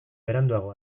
beranduago